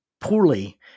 poorly